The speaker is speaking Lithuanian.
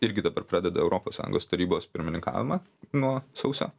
irgi dabar pradeda europos sąjungos tarybos pirmininkavimą nuo sausio